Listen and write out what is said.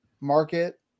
market